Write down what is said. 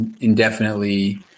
indefinitely